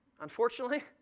unfortunately